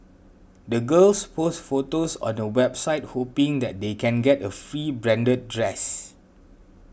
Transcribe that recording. the girls posts photos on a website hoping that they can get a free branded dress